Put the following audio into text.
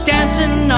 Dancing